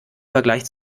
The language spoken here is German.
vergleich